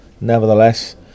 Nevertheless